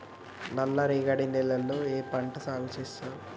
నల్లరేగడి నేలల్లో ఏ పంట సాగు చేస్తారు?